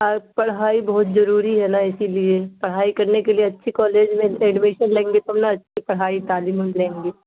اور پڑھائی بہت ضروری ہے نا اسی لیے پڑھائی کرنے کے لیے اچھی کالج میں ایڈمیشن لیں گے تب ہم نا اچھی پڑھائی تعلیم لیں گے